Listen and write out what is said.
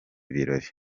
birori